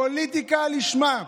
פוליטיקה לשמה.